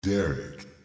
Derek